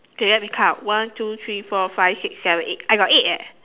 okay let me count one two three four five six seven eight I got eight eh